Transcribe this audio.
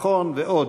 ביטחון ועוד.